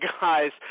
guys